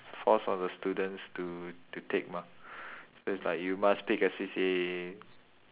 forced on the students to to take mah so it's like you must pick a C_C_A